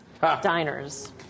diners